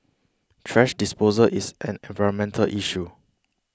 thrash disposal is an environmental issue